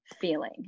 feeling